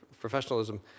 professionalism